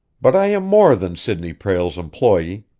but i am more than sidney prale's employee.